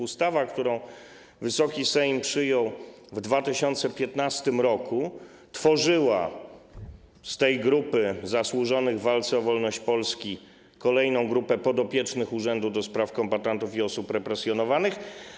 Ustawa, którą Wysoki Sejm przyjął w 2015 r., wyłoniła z tej grupy zasłużonych w walce o wolność Polski kolejną grupę podopiecznych Urzędu do Spraw Kombatantów i Osób Represjonowanych.